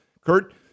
Kurt